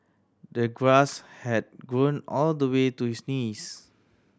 the grass had grown all the way to his knees